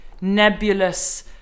nebulous